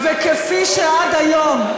וכפי שעד היום,